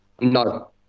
No